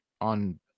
on